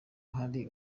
hari